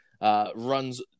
runs